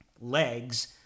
legs